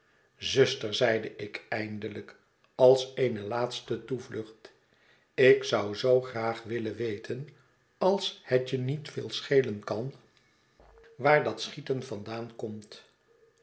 zuster zeide ik eindelijk als eene laatste toevlucht ik zou zoo graag willen weten als het je niet veel schelen kan waar dat schieten vandaan komt